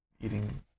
eating